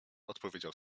odpowiedział